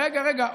רגע רגע,